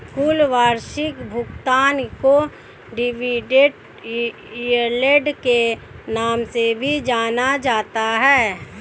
कुल वार्षिक भुगतान को डिविडेन्ड यील्ड के नाम से भी जाना जाता है